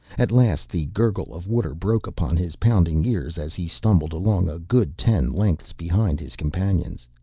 at last the gurgle of water broke upon his pounding ears, as he stumbled along a good ten lengths behind his companions.